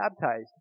baptized